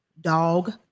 dog